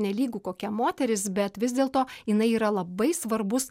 nelygu kokia moteris bet vis dėlto jinai yra labai svarbus